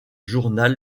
journal